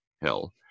hell